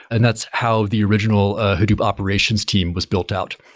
and that's how the original hadoop operations team was built out.